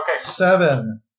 Seven